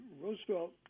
Roosevelt